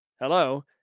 hello